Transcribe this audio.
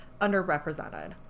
underrepresented